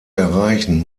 erreichen